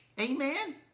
amen